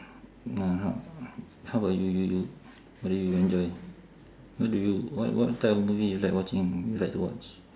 ya how about you you you what do you enjoy who do you what what type of movie you like watching you like to watch